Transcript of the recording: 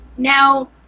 Now